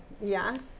yes